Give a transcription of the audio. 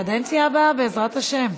בקדנציה הבאה, בעזרת השם.